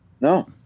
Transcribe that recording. No